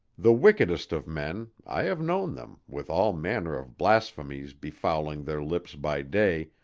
the wickedest of men i have known them, with all manner of blasphemies befouling their lips by day,